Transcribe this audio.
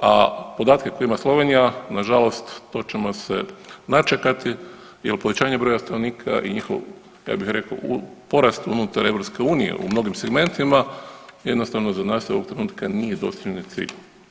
a podatke koje ima Slovenija nažalost to ćemo se načekati jel povećanje broja stanovnika i njihov ja bi rekao porast unutar EU u mnogim segmentima jednostavno za nas ovog trenutka nije… [[Govornik se ne razumije]] cilj.